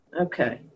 Okay